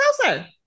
closer